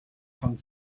von